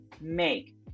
make